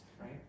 right